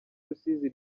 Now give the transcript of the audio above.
rusizi